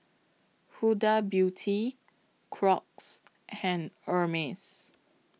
Huda Beauty Crocs and Hermes